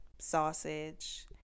sausage